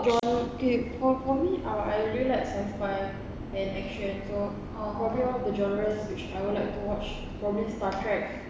uh okay for for me uh I really like sci-fi and action so probably all the genres which I will like to watch probably star trek